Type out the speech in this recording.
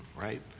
right